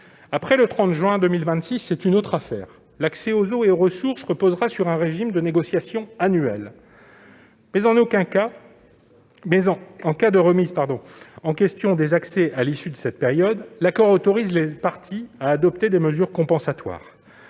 Après le 30 juin 2026, il s'agira d'une tout autre affaire : l'accès aux eaux et aux ressources reposera sur un régime de négociation annuel. En cas de remise en question des accès à l'issue de cette période, l'accord autorise les parties à adopter des mesures compensatoires.